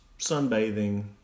sunbathing